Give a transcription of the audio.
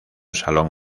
salón